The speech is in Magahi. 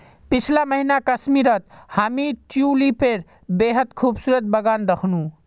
पीछला महीना कश्मीरत हामी ट्यूलिपेर बेहद खूबसूरत बगान दखनू